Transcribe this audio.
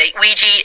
Ouija